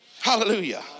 Hallelujah